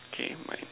okay my